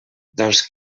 doncs